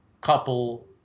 couple